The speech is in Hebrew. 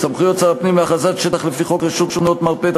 סמכויות שר הפנים להכרזת שטח לפי חוק רשות נאות מרפא,